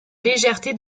légèreté